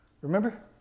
remember